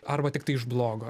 arba tiktai iš blogo